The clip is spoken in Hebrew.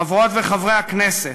חברות וחברי הכנסת,